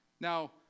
Now